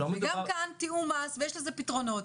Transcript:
אפשר לעשות תיאום מס ויש פתרונות.